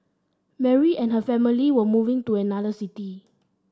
Mary and her family were moving to another city